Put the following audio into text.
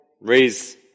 raise